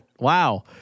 Wow